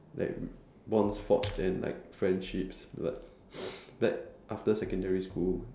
like bonds forged and like friendships like back after secondary school